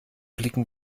blicken